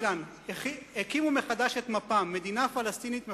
אילן, הקימו מחדש את מפ"ם, מדינה פלסטינית מפורזת.